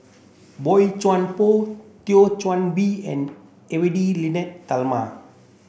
Boey Chuan Poh Thio Chan Bee and Edwy Lyonet Talma